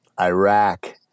iraq